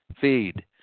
feed